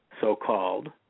so-called